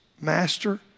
Master